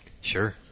Sure